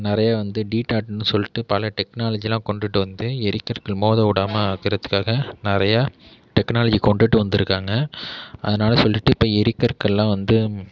நிறையா வந்து டிடாட்ன்னு சொல்லிட்டு பல டெக்னாலஜியெலாம் கொண்டுட்டு வந்து எரிக்கற்கள் மோத விடாம ஆக்குறதுக்காக நிறையா டெக்னாலஜியை கொண்டுட்டு வந்துருக்காங்க அதனால் சொல்லிட்டு இப்போ எரிக்கற்கள்லாம் வந்து